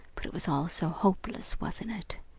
but it was all so hopeless, wasn't it!